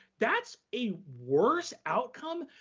that's a worse outcome,